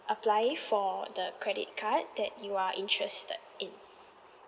apply for the credit card that you are interested in